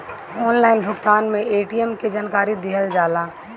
Online भुगतान में ATM के जानकारी दिहल जाला?